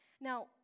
Now